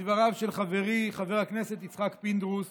מדבריו של חברי חבר הכנסת יצחק פינדרוס